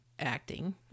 acting